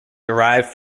derived